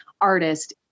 artist